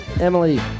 Emily